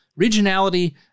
Regionality